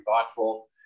thoughtful